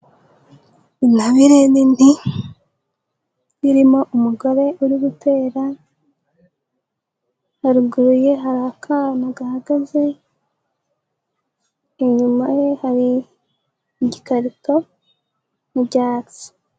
Intabire n'ini irimo umugore uri gutera, haruguru ye hari akana gahagaze, inyuma ye hari igikarito mu byatsi.